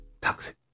toxic